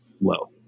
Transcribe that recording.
low